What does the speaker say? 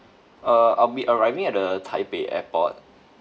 uh I'll be arriving at the taipei airport